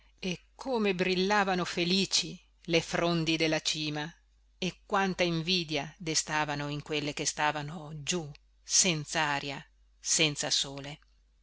e come brillavano felici le frondi della cima e quanta invidia destavano in quelle che stavano giù senzaria senza sole